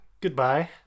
goodbye